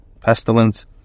pestilence